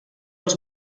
els